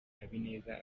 habineza